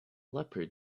leopard